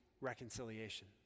reconciliation